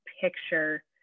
picture